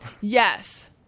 Yes